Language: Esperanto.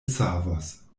savos